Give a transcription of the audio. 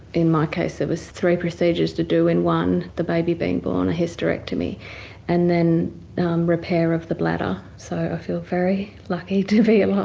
in my case there were three procedures to do in one the baby being born, a hysterectomy and then repair of the bladder. so i feel very lucky to be alive,